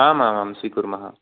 आम् आम् आम् स्वीकुर्मः